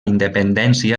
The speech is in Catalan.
independència